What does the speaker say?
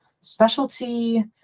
specialty